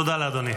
תודה לאדוני.